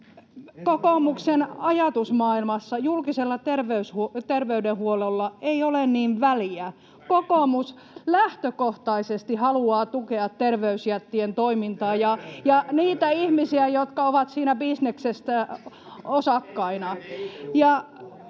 kokoomuksen ajatusmaailmassa julkisella terveydenhuollolla ei ole niin väliä. Kokoomus lähtökohtaisesti haluaa tukea terveysjättien toimintaa ja niitä ihmisiä, jotka ovat siinä bisneksessä osakkaina.